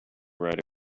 right